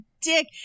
dick